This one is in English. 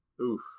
Oof